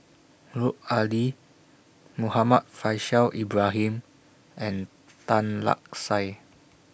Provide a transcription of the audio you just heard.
Lut Ali Muhammad Faishal Ibrahim and Tan Lark Sye